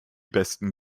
besten